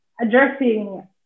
addressing